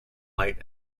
light